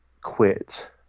quit